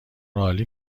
عالی